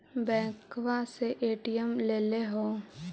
बैंकवा से ए.टी.एम लेलहो है?